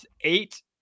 eight